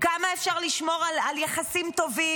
כמה אפשר לשמור על יחסים טובים?